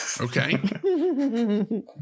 Okay